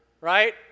right